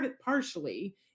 partially